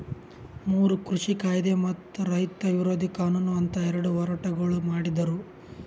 ಮೂರು ಕೃಷಿ ಕಾಯ್ದೆ ಮತ್ತ ರೈತ ವಿರೋಧಿ ಕಾನೂನು ಅಂತ್ ಎರಡ ಹೋರಾಟಗೊಳ್ ಮಾಡಿದ್ದರು